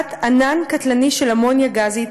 ליצירת ענן קטלני של אמוניה גזית,